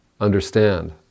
understand